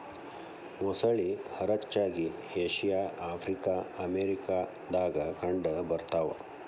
ಮೊಸಳಿ ಹರಚ್ಚಾಗಿ Asia Africa America ದಾಗ ಕಂಡ ಬರತಾವ